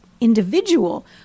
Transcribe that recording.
individual